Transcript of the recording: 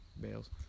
bales